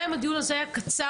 גם אם הדיון הזה היה קצר.